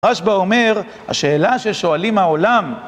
רשב"א אומר, השאלה ששואלים העולם